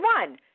one